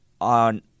on